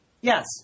Yes